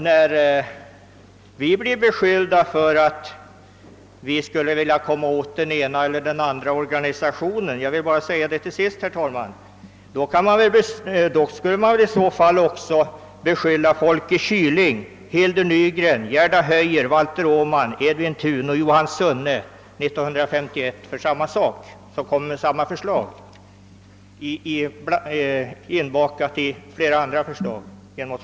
När vi beskylls för att vilja komma åt den ena eller den andra organisationen, kunde man lika gärna år 1951 ha riktat denna beskyllning mot Folke Kyling, Hildur Nygren, Gerda Höjer, Valter Åman, Edvin Thun och Johan Sunne. Dessa personer framlade då precis samma förslag i en riksdagsmotion, som även behandlade en del andra frågor.